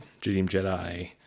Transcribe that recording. Jedi